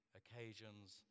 occasions